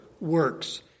works